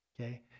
okay